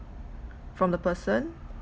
from the person